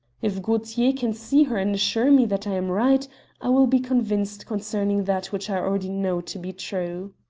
if gaultier can see her and assure me that i am right i will be convinced concerning that which i already know to be true.